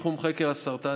תחום חקר הסרטן,